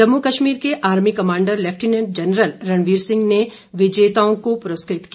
जम्मू कश्मीर के army commander lieutenant general Ranvir Singh ने विजेताओं को पुरस्कृत किया